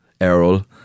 Errol